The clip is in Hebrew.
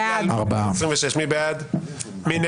הצבעה בעד, 4 נגד,